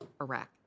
Iraq